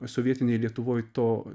sovietinėj lietuvoj to